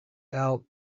out